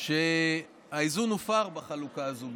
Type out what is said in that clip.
שהאיזון הופר בחלוקה הזו,